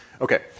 Okay